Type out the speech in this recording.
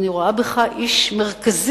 אני רואה בך איש מרכזי,